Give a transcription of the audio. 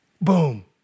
Boom